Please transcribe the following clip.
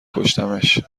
کشتمش